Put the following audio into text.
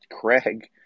Craig